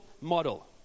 model